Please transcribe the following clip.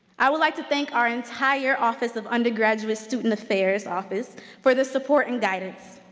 i would like to thank our entire office of undergraduate student affairs office for the support and guidance.